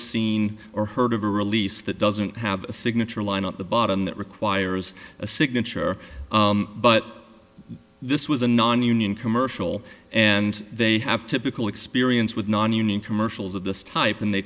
seen or heard of a release that doesn't have a signature line at the bottom that requires a signature but this was a nonunion commercial and they have typical experience with nonunion commercials of this type and they